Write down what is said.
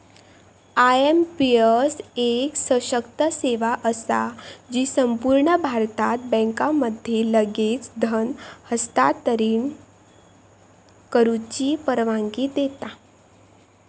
IMPS एक सशक्त सेवा असा जी संपूर्ण भारतात बँकांमध्ये लगेच धन हस्तांतरित करुची परवानगी देता